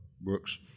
Brooks